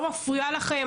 לא מפריעה לכם,